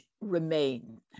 remain